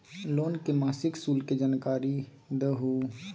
Loan के मासिक शुल्क के जानकारी दहु हो?